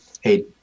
hey